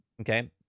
Okay